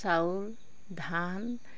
চাউল ধান